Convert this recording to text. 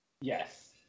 Yes